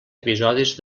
episodis